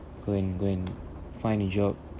go and go and find a job